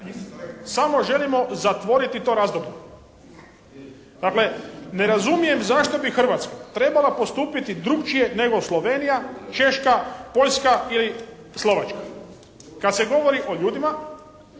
samo želimo zatvoriti to razdoblje. Dakle, ne razumijem zašto bi Hrvatska trebala postupiti drukčije nego Slovenija, Češka, Poljska ili Slovačka. Kad se govori o ljudima